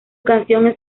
canción